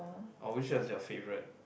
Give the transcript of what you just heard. or which was your favourite